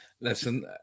Listen